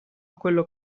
quello